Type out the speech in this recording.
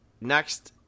Next